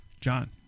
John